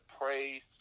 praise